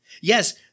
Yes